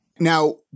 Now